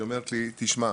היא אומרת לי, תשמע,